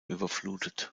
überflutet